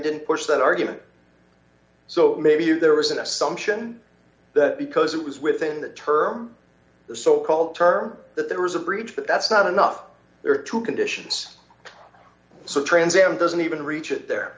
didn't push that argument so maybe there was an assumption that because it was within that term the so called term that there was a breach but that's not enough there are two conditions so trans am doesn't even reach it there